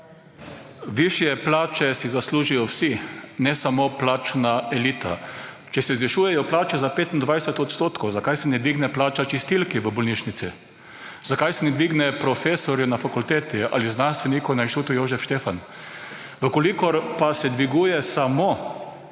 Višje plače si zaslužijo vsi ne samo plačna elita. Če se zvišujejo plače za 25 odstotkov, zakaj se ne dvigne plača čistilki v bolnišnici, zakaj se ne dvigne profesorju na fakulteti ali znanstveniku na Institutu Jožef Štefan? V kolikor pa se dviguje samo